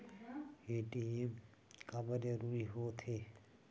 ATM काबर जरूरी हो थे?